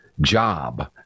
job